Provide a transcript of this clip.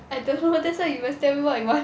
I don't know that's why you must tell me what you want